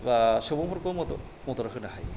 बा सुबंफोरखौ मदद होनो हायो